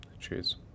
cheers